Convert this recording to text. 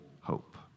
hope